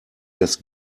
das